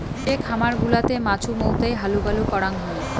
যে খামার গুলাতে মাছুমৌতাই হালুবালু করাং হই